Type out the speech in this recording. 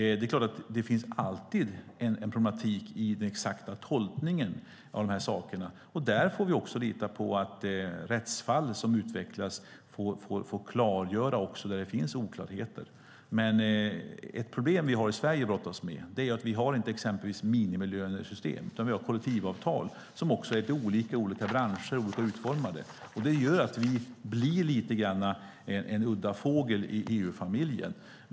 Det är klart att det alltid finns en problematik i den exakta tolkningen av regelverken. Där får vi lita på att rättsfall som utvecklas kan klargöra de oklarheter som finns. Ett problem som vi i Sverige har att brottas med är att vi inte har exempelvis minimilönesystem, utan vi har kollektivavtal som dessutom är lite olika utformade i skilda branscher. Det gör att vi blir något av en udda fågel i EU-familjen.